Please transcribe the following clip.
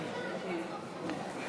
אדוני.